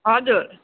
हजुर